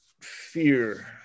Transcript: fear